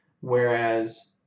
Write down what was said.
whereas